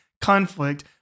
conflict